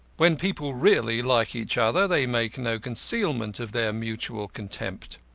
when people really like each other, they make no concealment of their mutual contempt.